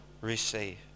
Receive